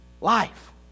life